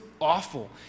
awful